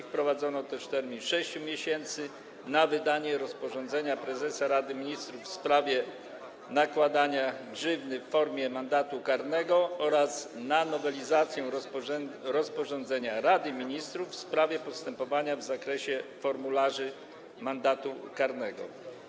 Wprowadzono też termin 6 miesięcy na wydanie rozporządzenia prezesa Rady Ministrów w sprawie nakładania grzywny w formie mandatu karnego oraz na nowelizację rozporządzenia Rady Ministrów w sprawie postępowania w zakresie formularzy mandatu karnego.